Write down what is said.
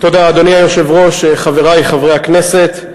אדוני היושב-ראש, תודה, חברי חברי הכנסת,